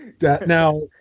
Now